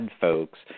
folks